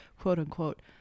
quote-unquote